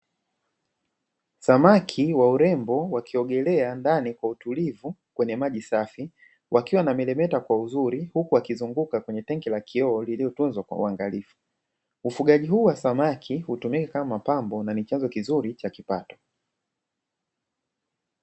Samaki wa urembo, wakiogelea ndani kwa utulivu kwenye maji safi, wakiwa wanameremeta kwa uzuri huku wakizunguka kwenye tenki la kioo lililotunzwa kwa uangalifu, ufugaji huu wa samaki hutumika kama pambo na ni chanzo kizuri cha kipato.